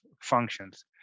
functions